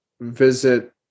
visit